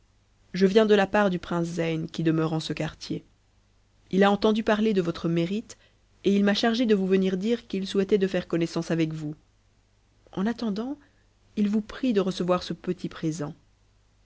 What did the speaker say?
je viens de la part du prince zeyn qui demeure en ce quartier il a entendu parier de votre mérite et il m'a chargé de vous venir dire qu'il souhaitait de faire connaissance avec vous en attendant il vous prie de recevoir ce petit présent